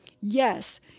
Yes